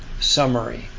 summary